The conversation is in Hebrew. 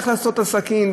איך לעשות עם הסכין.